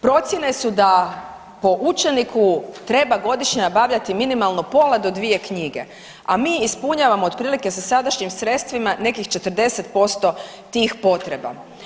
Procjene su da po učeniku treba godišnje nabavljati minimalno pola do dvije knjige, a mi ispunjavamo otprilike sa sadašnjim sredstvima nekih 40% tih potreba.